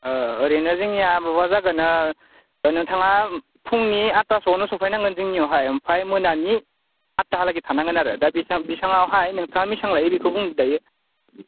ओरैनो जोंनिया माबा जागोन नोंथाङा फुंनि आत्तासोआवनो सफैनांगोन जोंनियावहाय ओमफ्राय मोनानि आत्तालागै थानांगोन आरो दा इसेबाङावहाय नोंथाङा बेसेबां लायो बेखौ बुं दायो